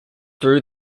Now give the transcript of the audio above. through